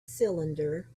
cylinder